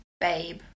babe